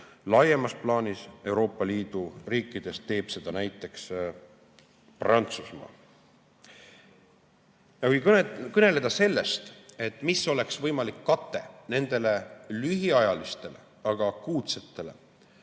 laiemalt Euroopa Liidu riikides teeb seda näiteks Prantsusmaa. Kui kõnelda sellest, mis oleks võimalik kate nendele lühiajalistele, aga akuutsetele